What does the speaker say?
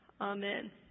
Amen